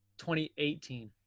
2018